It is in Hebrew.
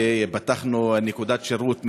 פתחנו נקודת שירות,